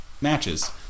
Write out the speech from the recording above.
matches